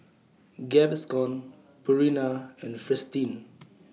Gaviscon Purina and Fristine